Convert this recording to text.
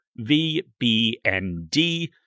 VBND